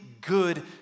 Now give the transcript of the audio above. good